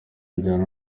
bijyana